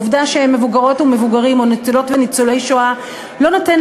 העובדה שהם מבוגרות ומבוגרים או ניצולות וניצולי שואה לא נותנת